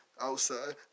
outside